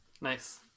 Nice